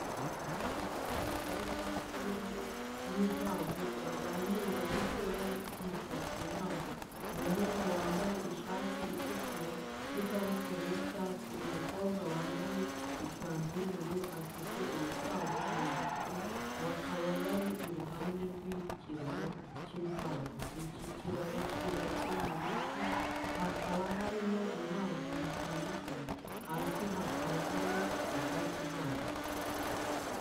Abana babiri bari hafi y’inzu y’inkwavu baganira ariko bari kwita ku nkwavu, umuhungu wambaye ishati itukura n’ikabutura y'icyatsi, umukobwa wambaye ikanzu y’ubururu, afite urukwavu mu ntoki, bakaba bari iruhande rw'ikiraro cy'inkwavu. Iki kiraro cyubatse mu biti, hakaba harimo inkwavu zitandukanye. Hasi hakaba hari ubwatsi bwazo.